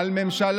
מתן,